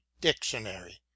dictionary